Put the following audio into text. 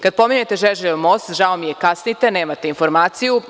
Kada pominjete Žeželjev most, žao mi je, kasnite, nemate informaciju.